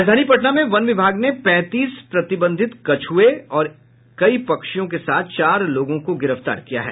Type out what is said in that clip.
राजधानी पटना में वन विभाग ने पैंतीस प्रतिबंधित कछुओं और कई पक्षियों के साथ चार लोगों को गिरफ्तार किया है